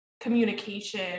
communication